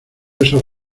esos